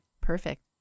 Perfect